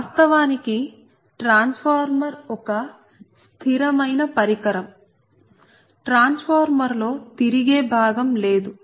వాస్తవానికి ట్రాన్స్ఫార్మర్ ఒక స్థిరమైన పరికరం ట్రాన్స్ఫార్మర్ లో తిరిగే భాగం లేదు